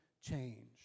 change